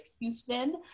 Houston